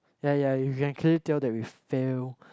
ya yeah you can clearly tell that we fail